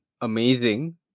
amazing